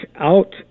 out